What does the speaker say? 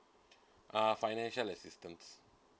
uh financial assistance